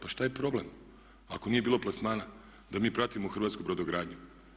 Pa šta je problem, ako nije bilo plasmana da mi pratimo hrvatsku brodogradnju?